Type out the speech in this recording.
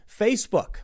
Facebook